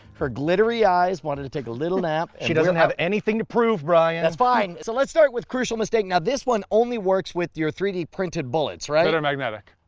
her glittery eyes wanted to take a little nap. she doesn't have anything to prove, brian. that's fine. so let's start with crucial mistake. now this one only works with your three d printed bullets right? that are magnetic.